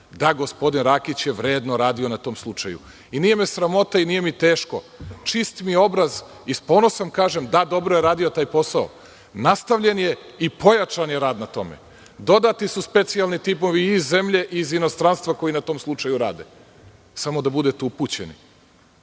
Da gospodin Rakić je vredno radio na tom slučaju. Nije me sramota i nije mi teško, čist mi je obraz, i s ponosom kažem – da dobro je radio taj posao. Natavljen je i pojačan je rad na tome. Dodati su specijalni timovi iz zemlje i iz inostranstva koji na tom slučaju rade, samo da budete upućeni. Dakle,